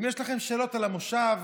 אם יש לכם שאלות על המושב,